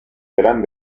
gran